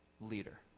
leader